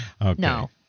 no